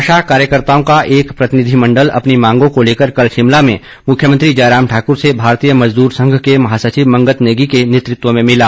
आशा कार्यकर्ताओं का एक प्रतिनिधि मण्डल अपनी मांगों को लेकर कल शिमला में मुख्यमंत्री जयराम ठाकुर से भारतीय मजदूर संघ के महासचिव मंगत नेगी के नेतृत्व में मिला